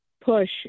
push